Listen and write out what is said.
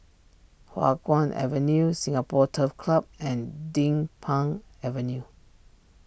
Hua Guan Avenue Singapore Turf Club and Din Pang Avenue